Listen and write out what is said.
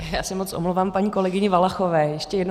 Já se moc omlouvám paní kolegyni Valachové ještě jednou.